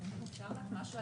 עכשיו,